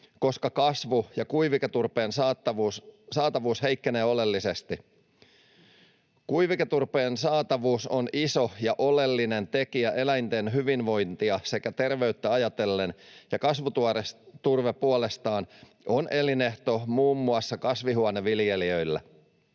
koska kasvu- ja kuiviketurpeen saatavuus heikkenee oleellisesti. Kuiviketurpeen saatavuus on iso ja oleellinen tekijä eläinten hyvinvointia ja terveyttä ajatellen, ja kasvuturve puolestaan on elinehto muun muassa kasvihuoneviljelijöille.